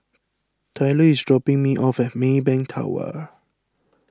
Tyler is dropping me off at Maybank Tower